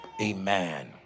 Amen